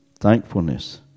Thankfulness